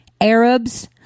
Arabs